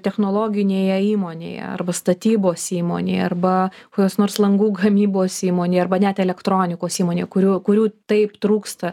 technologinėje įmonėje arba statybos įmonėj arba kokios nors langų gamybos įmonėj arba net elektronikos įmonėj kurių kurių taip trūksta